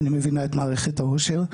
אני מבינה את מערכת האושר,